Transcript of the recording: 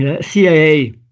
CIA